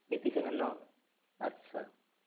eighty seven ন আচ্ছা